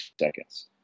seconds